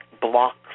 blocks